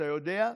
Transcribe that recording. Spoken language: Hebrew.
אתה יודע?